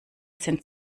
sind